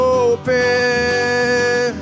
open